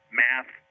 math